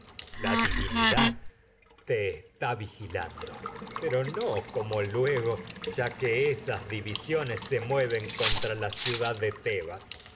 la divinidad está vigilando pero no como luego ya que esas divisiones se mueven contra tebas porque no la ciudad de es